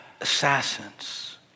assassins